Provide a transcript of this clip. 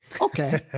Okay